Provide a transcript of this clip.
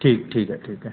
ठीक ठीक आहे ठीक आहे